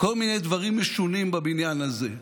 כל מיני דברים משונים בבניין הזה,